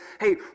hey